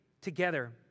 together